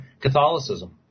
Catholicism